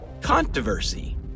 Controversy